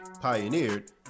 pioneered